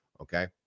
Okay